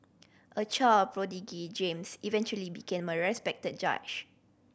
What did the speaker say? a child prodigy James eventually became a respected judge